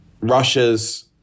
Russia's